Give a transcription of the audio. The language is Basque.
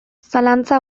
zalantza